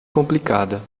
complicada